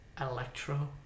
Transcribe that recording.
Electro